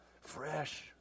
fresh